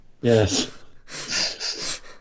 Yes